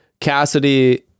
cassidy